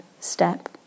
step